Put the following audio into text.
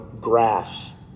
grass